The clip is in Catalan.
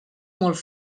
molt